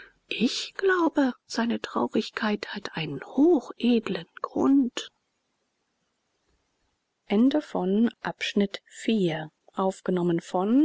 ich glaube seine traurigkeit hat einen hochedeln grund